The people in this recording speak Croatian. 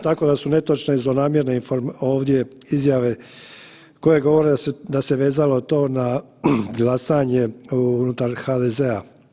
Tako da su netočne i zlonamjerne infor .../nerazumljivo/... ovdje izjave koje govore da se vezalo to na glasanje unutar HDZ-a.